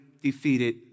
defeated